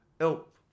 help